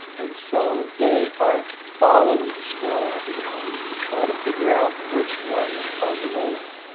and so they are following small abnormalities to try to figure out which ones are growing.